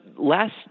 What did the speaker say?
Last